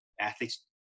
Athletes